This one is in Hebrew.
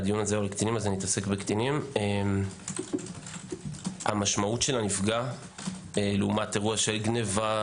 והדיון הזה הוא על קטינים משמעות הנפגע לעומת אירוע של גניבה,